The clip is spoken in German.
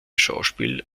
schauspiel